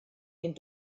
den